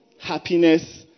happiness